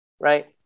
right